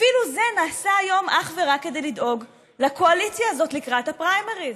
אפילו זה נעשה היום אך ורק כדי לדאוג לקואליציה הזאת לקראת הפריימריז.